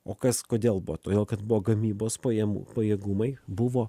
o kas kodėl buvo todėl kad buvo gamybos pajamų pajėgumai buvo